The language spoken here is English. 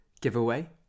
giveaway